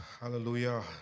Hallelujah